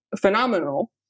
phenomenal